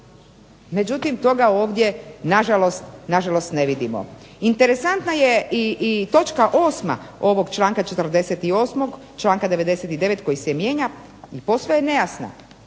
Međutim, toga ovdje na žalost ne vidimo. Interesantna je i točka 8. ovog članka 48., članka 99. koji se mijenja i posve je nejasna